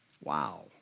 Wow